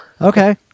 Okay